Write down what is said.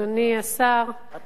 תודה, אדוני השר, את